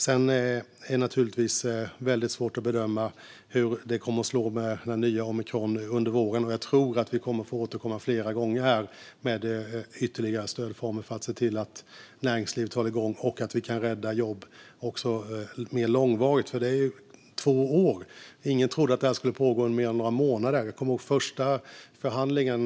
Sedan är det naturligtvis väldigt svårt att bedöma hur omikron kommer att slå under våren, och jag tror att vi kommer att få återkomma flera gånger med ytterligare stödformer för att se till att hålla näringslivet igång och rädda jobb också mer långvarigt. Nu är det två år. Ingen trodde att det här skulle pågå mer än några månader. Jag kommer ihåg första förhandlingen.